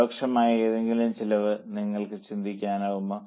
പരോക്ഷമായ എന്തെങ്കിലും ചെലവ് നിങ്ങൾക്ക് ചിന്തിക്കാനാകുമോ